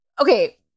okay